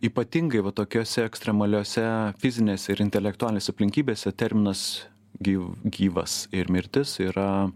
ypatingai va tokiose ekstremaliose fizinėse ir intelektualinėse aplinkybėse terminas gyv gyvas ir mirtis yra